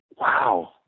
Wow